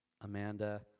Amanda